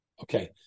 Okay